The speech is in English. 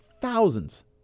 thousands